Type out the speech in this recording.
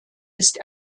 ist